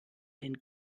den